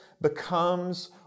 becomes